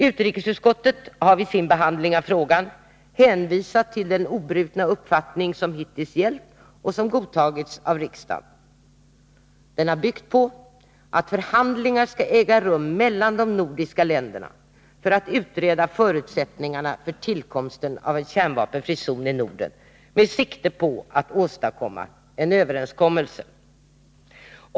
Utrikesutskottet har vid sin behandling av frågan hänvisat till den obrutna uppfattning som hittills gällt och som godtagits av riksdagen. Den har byggt på att förhandlingar skall äga rum mellan de nordiska länderna för att utreda förutsättningarna för tillkomsten av en kärnvapenfri zon i Norden med sikte på att åstadkomma en överenskommelse.